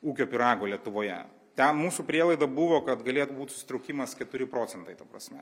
ūkio pyrago lietuvoje ten mūsų prielaida buvo kad galėtų būt susitraukimas keturi procentai ta prasme